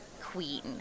Queen